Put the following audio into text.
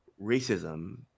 racism